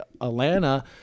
atlanta